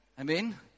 Amen